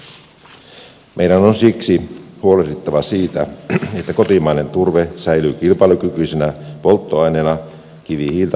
meidän on siksi huolehdittava siitä että kotimainen turve säilyy kilpailukykyisenä polttoaineena kivihiiltä vastaan